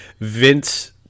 Vince